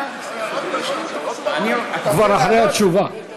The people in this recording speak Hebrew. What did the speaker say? הוא כבר אחרי התשובה.